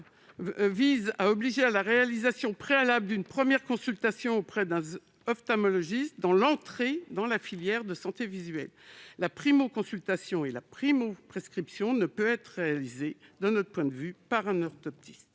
première consultation auprès d'un ophtalmologiste pour l'entrée dans la filière de santé visuelle. La primo-consultation et la primo-prescription ne peuvent être réalisées, de notre point